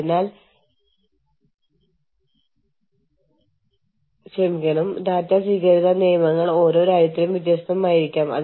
കൂടാതെ ഈ സ്ഥലങ്ങളിൽ നിന്ന് പണമൊഴുക്ക് കൂടുതലായിരിക്കും